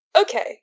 okay